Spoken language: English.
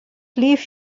leave